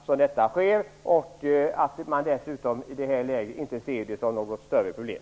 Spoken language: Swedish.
För det andra visar det sig att man inte ser detta som något större problem.